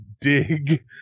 dig